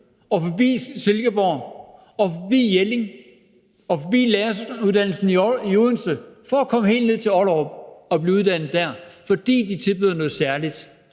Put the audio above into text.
og forbi Silkeborg og forbi Jelling og forbi læreruddannelsen i Odense for at komme helt ned til Ollerup og blive uddannet der, fordi de tilbyder noget særligt.